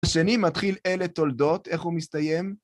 בשני מתחיל אלה תולדות, איך הוא מסתיים?